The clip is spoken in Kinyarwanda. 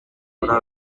muri